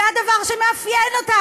זה הדבר שמאפיין אותן,